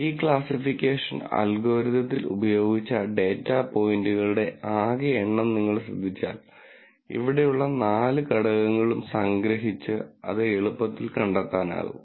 ഈ ക്ലാസ്സിഫിക്കേഷൻ അൽഗോരിതത്തിൽ ഉപയോഗിച്ച ഡാറ്റാ പോയിന്റുകളുടെ ആകെ എണ്ണം നിങ്ങൾ ശ്രദ്ധിച്ചാൽ ഇവിടെയുള്ള നാല് ഘടകങ്ങളും സംഗ്രഹിച്ച് അത് എളുപ്പത്തിൽ കണ്ടെത്താനാകും